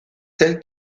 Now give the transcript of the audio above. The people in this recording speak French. celles